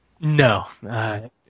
No